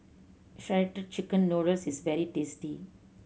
Shredded Chicken Noodles is very tasty